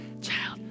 child